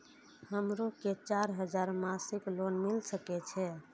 हमरो के चार हजार मासिक लोन मिल सके छे?